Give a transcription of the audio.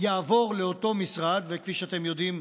יעבור לאותו משרד, וכפי שאתם יודעים,